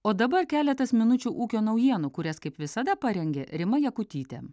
o dabar keletas minučių ūkio naujienų kurias kaip visada parengė rima jakutytė